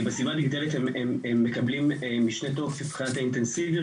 בסביבה הדיגיטלית הם מקבלים משנה תוקף מבחינת האינטנסיביות,